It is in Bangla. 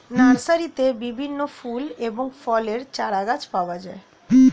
নার্সারিতে বিভিন্ন ফুল এবং ফলের চারাগাছ পাওয়া যায়